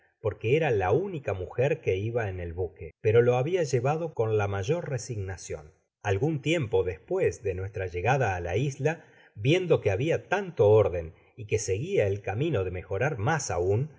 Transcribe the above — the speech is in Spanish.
porque era la única mujer que iba en el buque pero lo babia llevado con la mayor resignacion algun tiempo despues de nuestra llegada á la isla viendo que habia tanto órden y que seguía el camino de mejorar mas aun